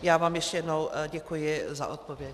Já vám ještě jednou děkuji za odpověď.